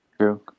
true